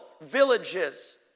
villages